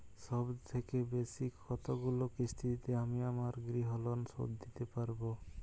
সবথেকে বেশী কতগুলো কিস্তিতে আমি আমার গৃহলোন শোধ দিতে পারব?